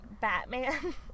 Batman